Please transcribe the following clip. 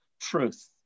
truth